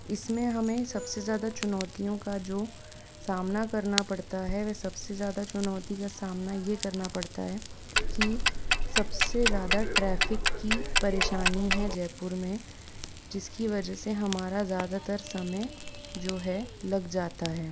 इसमें हमें सबसे ज़्यादा चुनौतियों का जो सामना करना पड़ता है वह सबसे ज़्यादा चुनौती का सामना ये करना पड़ता है कि सबसे ज़्यादा ट्रैफ़िक की परेशानी है जयपुर में जिसकी वजह से हमारा ज़्यादातर समय जो है लग जाता है